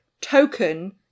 token